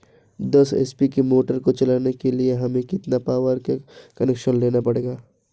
दस एच.पी की मोटर को चलाने के लिए हमें कितने पावर का कनेक्शन लेना पड़ेगा?